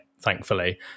thankfully